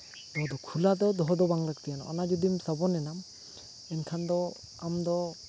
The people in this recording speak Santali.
ᱟᱫᱚ ᱠᱷᱩᱞᱟᱹ ᱫᱚ ᱫᱚᱦᱚ ᱫᱚ ᱵᱟᱝ ᱞᱟᱹᱠᱛᱤ ᱠᱟᱱᱟ ᱚᱱᱟ ᱡᱩᱫᱤᱢ ᱥᱟᱵᱚᱱᱮᱱᱟᱢ ᱮᱱᱠᱷᱟᱱ ᱫᱚ ᱟᱢ ᱫᱚ